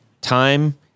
time